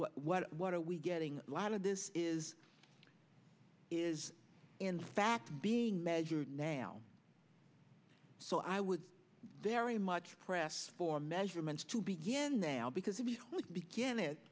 is what what are we getting a lot of this is is in fact being measured now so i would very much press for measurements to begin now because if you begin it